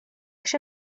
się